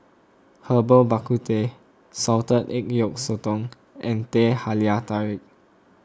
Herbal Bak Ku Teh Salted Egg Yolk Sotong and Teh Halia Tarik